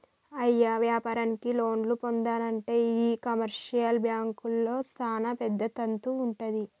అయ్య వ్యాపారానికి లోన్లు పొందానంటే ఈ కమర్షియల్ బాంకుల్లో సానా పెద్ద తంతు వుంటది